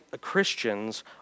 Christians